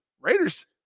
Raiders